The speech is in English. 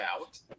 out